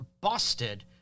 busted